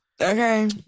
Okay